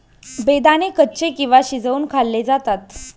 बेदाणे कच्चे किंवा शिजवुन खाल्ले जातात